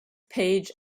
page